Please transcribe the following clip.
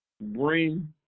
bring